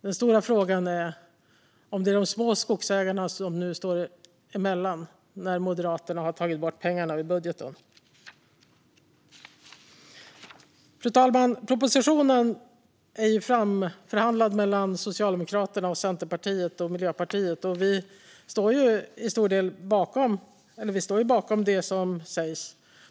Den stora frågan handlar om de små skogsägare som nu står emellan när Moderaterna tagit bort pengarna ur budgeten. Fru talman! Propositionen är framförhandlad mellan Socialdemokraterna, Centerpartiet och Miljöpartiet. Vi står bakom det som sägs.